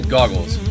Goggles